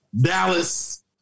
Dallas